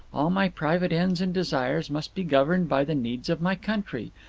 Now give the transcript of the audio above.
all my private ends and desires must be governed by the needs of my country.